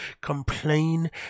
Complain